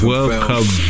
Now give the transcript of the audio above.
Welcome